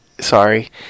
Sorry